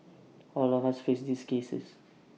all of us face these cases